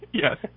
Yes